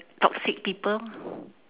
toxic people